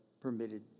permitted